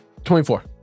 24